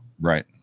Right